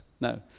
No